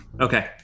Okay